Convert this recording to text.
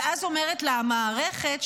ואז אומרת לה המערכת,